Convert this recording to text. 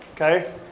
okay